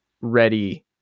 ready